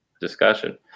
discussion